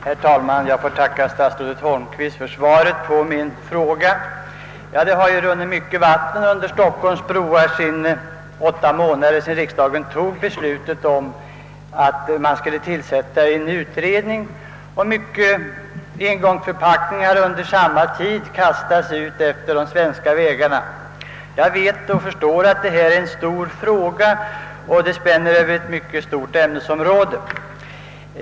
Herr talman! Jag får tacka statsrådet Holmqvist för svaret på min fråga. Det har runnit mycket vatten under Stockholms broar under de åtta månaderna sedan riksdagen tog beslutet om att tillsätta en utredning, och många engångsförpackningar har under samma tid kastats utefter de svenska vägarna. Jag förstår att detta är en stor fråga som spänner Över ett mycket vitt ämnesområde.